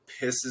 pisses